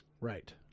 right